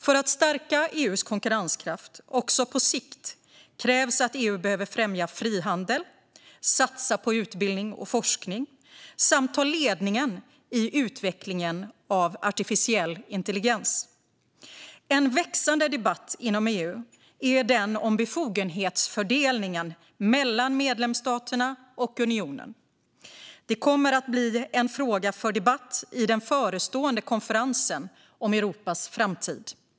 För att stärka EU:s konkurrenskraft också på sikt krävs att EU främjar frihandel, satsar på utbildning och forskning samt tar ledningen i utvecklingen av artificiell intelligens. En växande debatt inom EU är den om befogenhetsfördelningen mellan medlemsstaterna och unionen. Det kommer att bli en fråga för debatt i den förestående konferensen om Europas framtid.